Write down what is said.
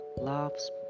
Love's